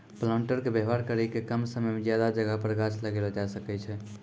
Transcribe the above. planter के वेवहार करी के कम समय मे ज्यादा जगह पर गाछ लगैलो जाय सकै छै